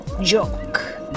joke